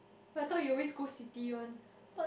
but I thought you always go city one